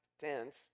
tense